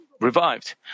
revived